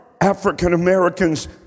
African-Americans